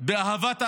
באהבת האחר,